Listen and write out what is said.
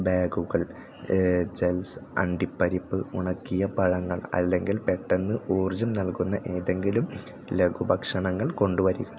ബാഗുകൾ ജൽസ് അണ്ടിപ്പരിപ്പ് ഉണക്കിയ പഴങ്ങൾ അല്ലെങ്കിൽ പെട്ടെന്ന് ഊർജ്ജം നൽകുന്ന ഏതെങ്കിലും ലഘുഭക്ഷണങ്ങൾ കൊണ്ട് വരിക